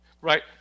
Right